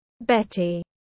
Betty